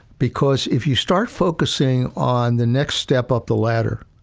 because if you start focusing on the next step up the ladder,